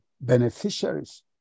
beneficiaries